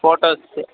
ಫೋಟೋಸ್ಗೆ